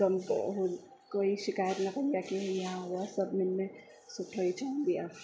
कम कोई शिकायत न कंदी आहे कि हीअ आहे हू आहे सभिनीनि में सुठो ई चवंदी आहे